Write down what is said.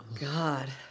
God